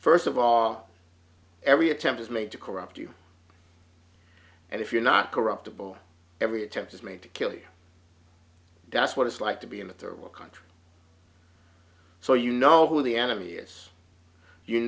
first of all every attempt is made to corrupt you and if you're not corruptible every attempt is made to kill you that's what it's like to be in a third world country so you know who the enemy is you